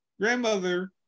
grandmother